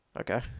Okay